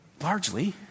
Largely